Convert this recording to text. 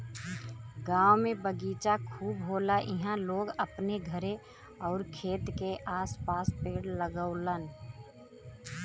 गांव में बगीचा खूब होला इहां लोग अपने घरे आउर खेत के आस पास पेड़ लगावलन